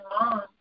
mom